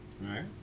right